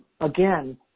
again